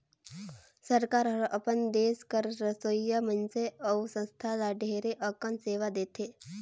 सरकार हर अपन देस कर रहोइया मइनसे अउ संस्था ल ढेरे अकन सेवा देथे